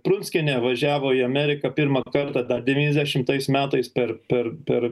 prunskienė važiavo į ameriką pirmą kartą tą devyniasdešimtais metais per per per